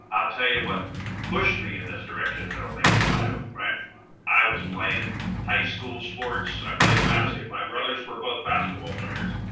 i'll tell you what pushed me in this direction that'll make you laugh. i was playing high school sports. i played basket. my brothers were both basketball players,